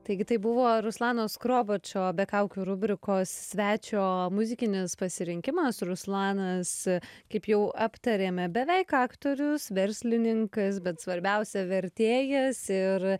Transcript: taigi tai buvo ruslano skrobačo be kaukių rubrikos svečio muzikinis pasirinkimas ruslanas kaip jau aptarėme beveik aktorius verslininkas bet svarbiausia vertėjas ir